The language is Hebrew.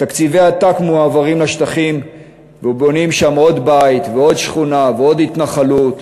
תקציבי עתק מועברים לשטחים ובונים שם עוד בית ועוד שכונה ועוד התנחלות,